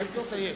רק תסיים.